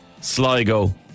Sligo